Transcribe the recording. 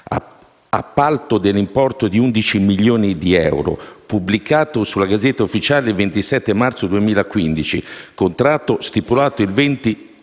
appalto dell'importo di oltre 11 milioni di euro, pubblicato sulla *Gazzetta Ufficiale* del 27 marzo 2015 (contratto stipulato il 20